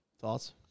Thoughts